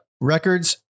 records